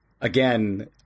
again